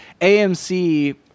AMC